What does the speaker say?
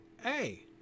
hey